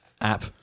app